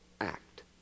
act